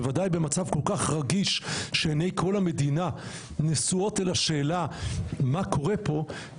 בוודאי במצב כל כך רגיש שעיני כל המדינה נשואות אל השאלה מה קורה פה,